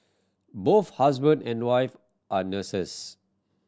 both husband and wife are nurses